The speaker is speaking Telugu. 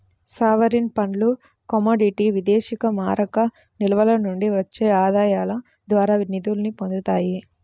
సావరీన్ ఫండ్లు కమోడిటీ విదేశీమారక నిల్వల నుండి వచ్చే ఆదాయాల ద్వారా నిధుల్ని పొందుతాయి